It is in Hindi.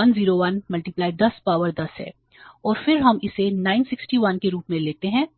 १०110 पावर 10 है और फिर हम इसे 961 के रूप में लेते हैं